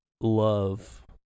love